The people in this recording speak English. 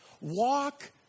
Walk